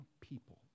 people